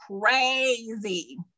crazy